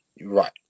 Right